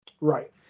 Right